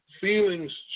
feelings